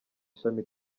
ishami